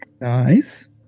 Nice